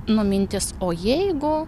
nu mintis o jeigu